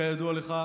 כידוע לך,